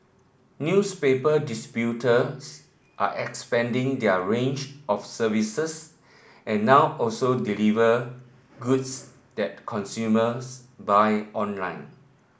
newspaper are expanding their range of services and now also deliver goods that consumers buy online